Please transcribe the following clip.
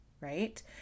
right